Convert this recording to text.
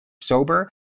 sober